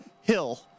Hill